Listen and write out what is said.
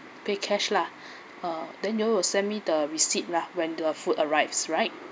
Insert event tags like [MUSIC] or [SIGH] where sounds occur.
pay cash lah [BREATH] uh then you all will me the receipt lah when the food arrives right